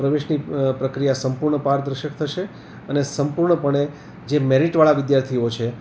પ્રવેશની પ્રક્રિયા સંપૂર્ણ પારદર્શક થશે અને સંપૂર્ણપણે જે મેરીટ વાળા વિદ્યાર્થીઓ છે